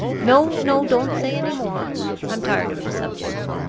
no! no! don't say any more i'm tired of the subject.